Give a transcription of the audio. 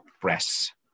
press